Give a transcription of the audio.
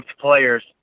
players